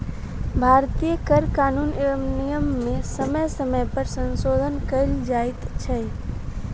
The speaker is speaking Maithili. भारतीय कर कानून एवं नियम मे समय समय पर संशोधन कयल जाइत छै